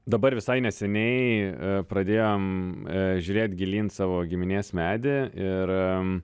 dabar visai neseniai pradėjom žiūrėt gilyn savo giminės medį ir